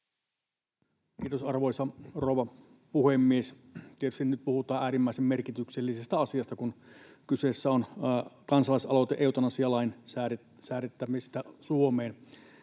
Kiitos, arvoisa rouva puhemies! Tietysti nyt puhutaan äärimmäisen merkityksellisestä asiasta, kun kyseessä on kansalaisaloite eutanasialain säätämisestä Suomeen,